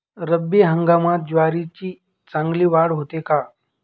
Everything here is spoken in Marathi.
रब्बी हंगामात ज्वारीची चांगली वाढ होते का?